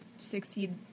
succeed